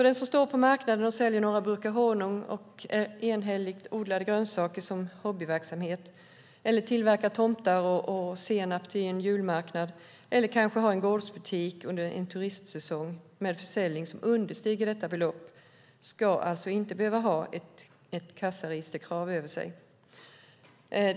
Den som står på marknaden och säljer några burkar honung och egenhändigt odlade grönsaker eller har tillverkat tomtar och senap till en julmarknad eller har en gårdsbutik under turistsäsongen med försäljning understigande detta belopp ska alltså inte ha ett kassaregisterkrav över sig.